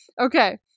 okay